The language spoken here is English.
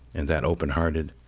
and that openhearted,